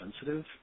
sensitive